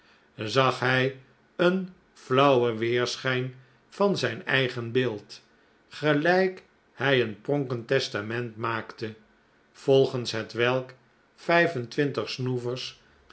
zag hij een flauwen weerschijn van zijn eigen beeld gelijk hij een pronkend testament maakte volgens hetwelk